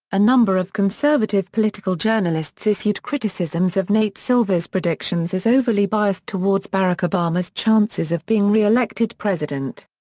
a number of conservative political journalists issued criticisms of nate silver's predictions as overly biased towards barack obama's chances of being re-elected president.